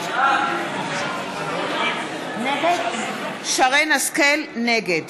נגד יצחק וקנין,